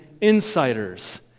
insiders